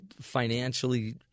financially